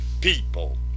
people